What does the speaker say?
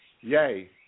yay